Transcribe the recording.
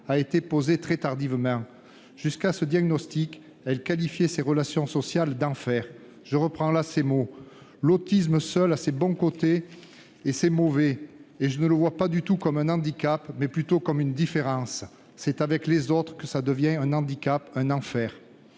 a été posé très tardivement. Jusqu'à ce diagnostic, elle qualifiait ses relations sociales d'enfer. Je reprends ses mots :« L'autisme seul a ses bons côtés et ses mauvais, et je ne le vois pas du tout comme un handicap, mais plutôt comme une différence. C'est avec les autres que ça devient un handicap, un enfer.